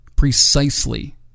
precisely